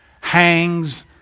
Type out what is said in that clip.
hangs